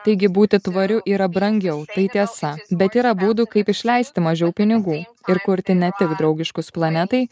taigi būti tvariu yra brangiau tai tiesa bet yra būdų kaip išleisti mažiau pinigų ir kurti ne tik draugiškus planetai